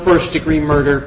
first degree murder